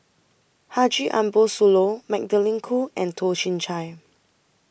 Haji Ambo Sooloh Magdalene Khoo and Toh Chin Chye